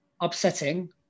upsetting